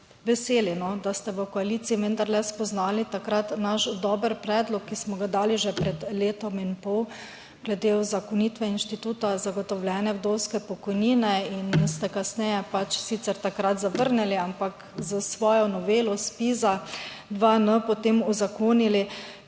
veseli, da ste v koaliciji vendarle spoznali takrat naš dober predlog, ki smo ga dali že pred letom in pol, glede uzakonitve inštituta zagotovljene vdovske pokojnine in ste kasneje pač sicer takrat zavrnili, ampak s svojo novelo ZPIZ-2N potem uzakonili